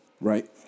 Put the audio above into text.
Right